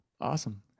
awesome